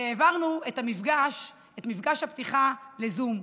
והעברנו את מפגש הפתיחה לזום,